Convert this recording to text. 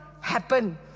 Happen